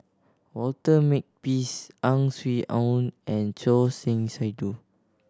Walter Makepeace Ang Swee Aun and Choor Singh Sidhu